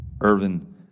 Irvin